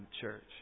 church